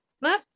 No